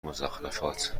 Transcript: مضخرفات